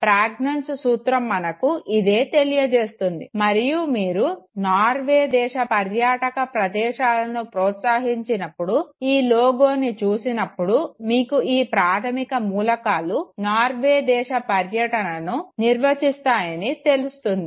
ప్రజ్ఞాంజ్ సూత్రం మనకు ఇదే తెలియజేస్తుంది మరియు మీరు నార్వే దేశ పర్యాటక ప్రదేశాలను ప్రోత్సహించినప్పుడు ఈ లోగోని చూసినప్పుడు మీకు ఈ ప్రాధమిక మూలకాలు నార్వె దేశ పర్యటనను నిర్వచిస్తాయని తెలుస్తుంది